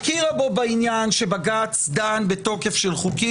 הכירה בו בעניין שבג"ץ דן בתוקף של חוקים,